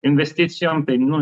investicijom tai nu